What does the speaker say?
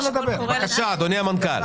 בבקשה, אדוני המנכ"ל.